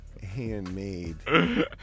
handmade